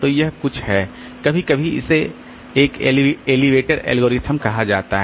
तो यह कुछ है कभी कभी इसे एक एलिवेटर एल्गोरिथ्म कहा जाता है